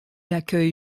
accueille